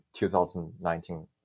2019